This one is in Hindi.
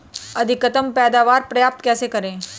अधिकतम पैदावार प्राप्त कैसे करें?